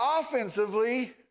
offensively